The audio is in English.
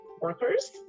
workers